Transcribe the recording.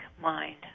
mind